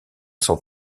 son